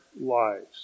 lives